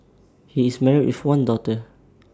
he is married with one daughter